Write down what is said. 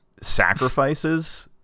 sacrifices